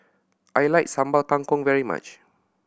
I like Sambal Kangkong very much